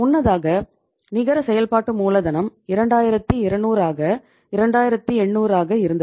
முன்னதாக நிகர செயல்பாட்டு மூலதனம் 2200 ஆக 2800 ஆகா இருந்தது